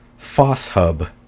Fosshub